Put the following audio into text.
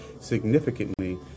significantly